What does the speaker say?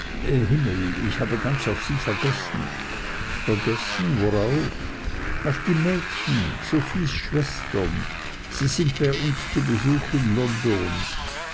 himmel ich habe ganz auf sie vergessen vergessen worauf auf die mädchen sophies schwestern sie sind bei uns zu besuch in london